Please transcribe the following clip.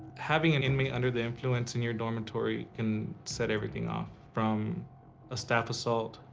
having an inmate under the influence in your dormitory can set everything off, from a staff assault,